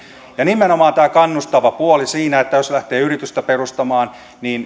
ja nimenomaan on tämä kannustava puoli siinä jos lähtee yritystä perustamaan